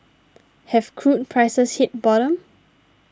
have crude prices hit bottom